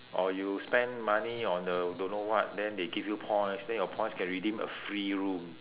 or you spend money on the don't know what then they give you points then your points can redeem a free room